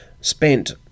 spent